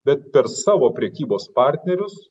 bet per savo prekybos partnerius